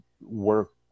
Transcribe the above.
work